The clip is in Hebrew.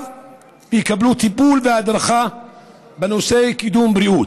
ויקבלו טיפול והדרכה בנושא קידום בריאות,